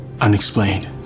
unexplained